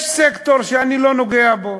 יש סקטור שאני לא נוגע בו,